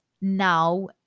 now